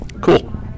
Cool